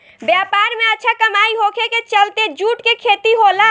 व्यापार में अच्छा कमाई होखे के चलते जूट के खेती होला